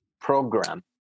program